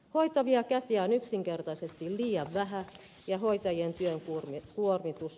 hoitavia käsiä on yksinkertaisesti liian vähän ja hoitajien työn kuormitus on liian suuri